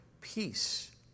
peace